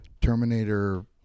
Terminator